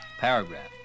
Paragraph